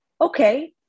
okay